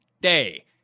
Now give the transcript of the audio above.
day